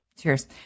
Cheers